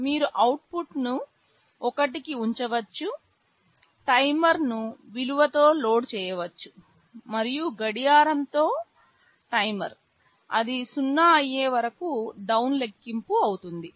మీరు అవుట్పుట్ను 1 కి ఉంచవచ్చు టైమర్ను విలువతో లోడ్ చేయవచ్చు మరియు గడియారంతో టైమర్ అది 0 అయ్యే వరకు డౌన్ లెక్కింపు అవుతుంది